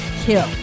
kill